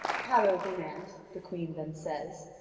calogrenant, the queen then says,